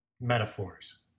metaphors